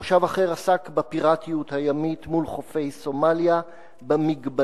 מושב אחר עסק בפיראטיות הימית מול חופי סומליה ובמגבלות